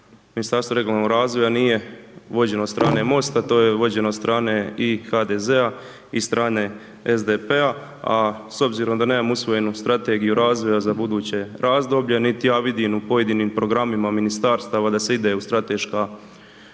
Ministarstvo regionalnog razvoja nije vođen od strane MOST-a, to je vođen od strane i HDZ-a i strane SDP-a, a s obzirom da nemamo usvojenu strategiju razvoja za buduće razdoblje, niti ja vidim u pojedinim programima ministarstava da se ide u strateška